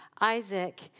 Isaac